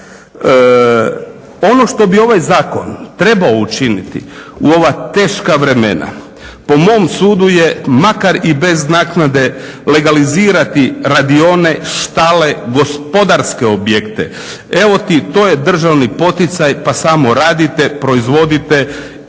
Ono što bi ovaj zakon trebao učiniti u ova teška vremena po mom sudu je makar i bez naknade legalizirati radione, štale, gospodarske objekte. Evo ti to je državni poticaj pa samo radite, proizvodite,